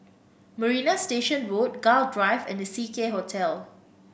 Marina Station Road Gul Drive and The Seacare Hotel